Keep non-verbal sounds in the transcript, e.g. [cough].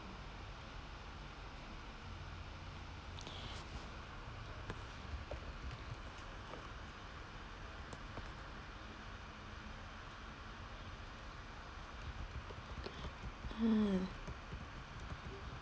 [breath] ha